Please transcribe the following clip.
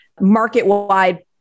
market-wide